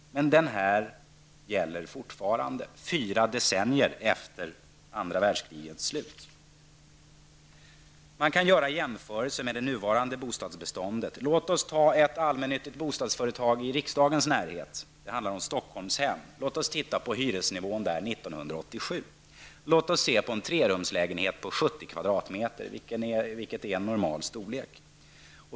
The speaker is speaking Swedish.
Men denna reglering gäller fortfarande, fyra decennier efter andra världskrigets slut. Man kan göra en jämförelse inom det nuvarande bostadsbeståndet. Låt oss ta ett allmänt bostadsföretag i riksdagens närhet, det handlar om Stockholmshem, och titta på hyresnivån där år 1987 för en trerumslägenhet på 70 m2, vilket är en normal storlek.